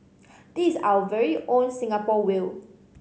this is our very own Singapore whale